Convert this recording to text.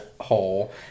hole